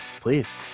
please